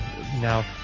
now